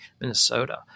Minnesota